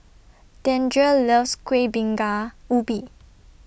Deandre loves Kueh Bingka Ubi